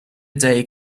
day